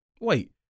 Wait